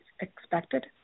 expected